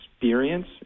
experience